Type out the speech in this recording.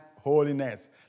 holiness